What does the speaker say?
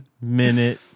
minute